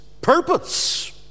purpose